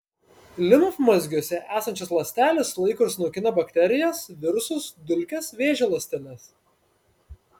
limfmazgiuose esančios ląstelės sulaiko ir sunaikina bakterijas virusus dulkes vėžio ląsteles